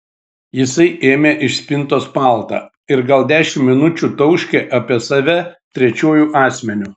jisai ėmė iš spintos paltą ir gal dešimt minučių tauškė apie save trečiuoju asmeniu